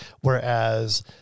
whereas